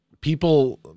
people